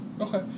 Okay